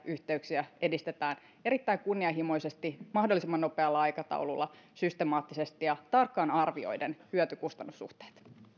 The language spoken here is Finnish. yhteyksiä edistetään erittäin kunnianhimoisesti mahdollisimman nopealla aikataululla systemaattisesti ja tarkkaan arvioiden hyöty kustannus suhteet